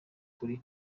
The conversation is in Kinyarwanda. turi